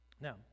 Now